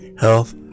health